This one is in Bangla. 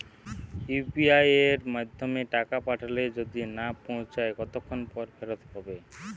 ইউ.পি.আই য়ের মাধ্যমে টাকা পাঠালে যদি না পৌছায় কতক্ষন পর ফেরত হবে?